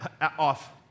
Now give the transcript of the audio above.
off